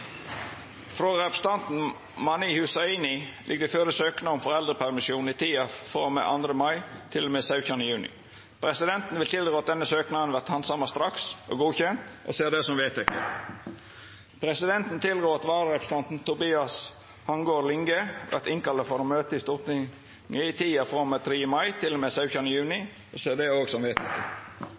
Frå representanten Mani Hussaini ligg det føre søknad om foreldrepermisjon i tida frå og med 2. mai til og med 17. juni. Etter forslag frå presidenten vart samrøystes vedteke: Søknaden vert handsama straks og innvilga. Vararepresentanten, Tobias Hangaard Linge , vert innkalla for å møta i Stortinget i tida frå og med 3. mai til og med 17. juni.